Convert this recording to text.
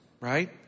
Right